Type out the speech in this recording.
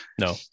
No